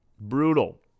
Brutal